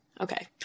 okay